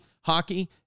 hockey